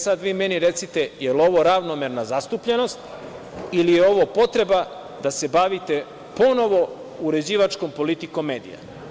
Sad vi meni recite jel ovo ravnomerna zastupljenost ili je ovo potreba da se bavite ponovo uređivačkom politikom medija?